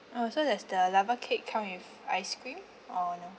oh so does the lava cake come with ice cream or no